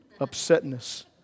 Upsetness